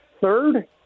Third